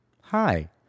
Hi